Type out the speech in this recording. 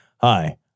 Hi